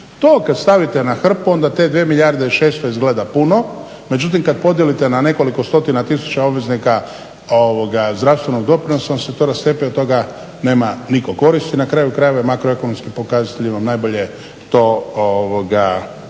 To kad stavite na hrpu onda te dvije milijarde i 600 izgleda puno. Međutim kad podijelite na nekoliko stotina tisuća obveznika zdravstvenog doprinosa onda se to rastepe i od toga nema nitko koristi i na kraju krajeva je makroekonomski pokazatelji vam najbolje to